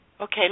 Okay